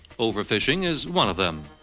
over-fishing is one of them.